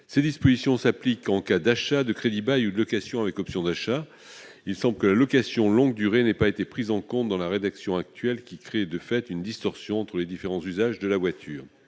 Ces dispositions s'appliquent en cas d'achat, de crédit-bail ou de location avec option d'achat, mais il semble que la location de longue durée n'ait pas été prise en compte, ce qui crée une distorsion entre les différents usages de la voiture.